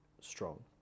strong